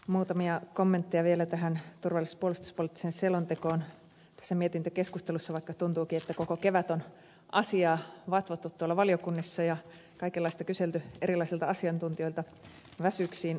muutamia kommentteja vielä liittyen tähän turvallisuus ja puolustuspoliittiseen selontekoon tässä mietintökeskustelussa vaikka tuntuukin siltä että koko kevät on asiaa vatvottu tuolla valiokunnissa ja kaikenlaista kyselty erilaisilta asiantuntijoilta väsyksiin asti